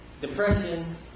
Depressions